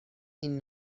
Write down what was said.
این